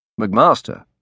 McMaster